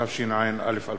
התשע"א 2011,